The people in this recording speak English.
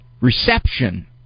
reception